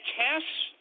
tests